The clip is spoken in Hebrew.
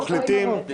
נרות.